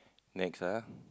next ah